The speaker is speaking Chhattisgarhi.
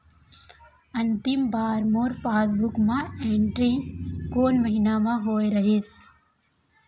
अंतिम बार मोर पासबुक मा एंट्री कोन महीना म होय रहिस?